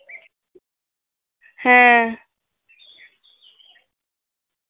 ᱦᱮᱸ